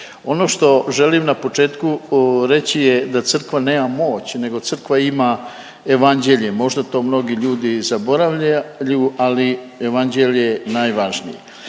Ono što želim na početku reći je da crkva nema moć, nego crkva ima evanđelje, možda to mnogi ljudi zaboravljaju, ali evanđelje je najvažnije.